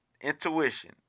intuition